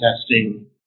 testing